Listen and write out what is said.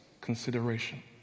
consideration